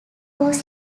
was